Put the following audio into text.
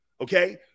okay